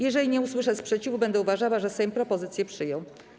Jeżeli nie usłyszę sprzeciwu, będę uważała, że Sejm propozycję przyjął.